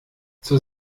zur